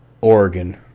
Oregon